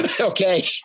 Okay